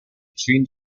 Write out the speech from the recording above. between